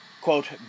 quote